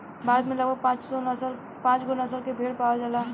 भारत में लगभग पाँचगो नसल के भेड़ पावल जाला